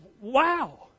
wow